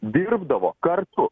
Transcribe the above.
dirbdavo kartu